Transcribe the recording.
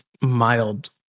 mild